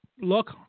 Look